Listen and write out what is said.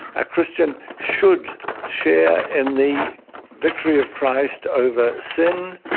a christian should share in the victory of christ over sin,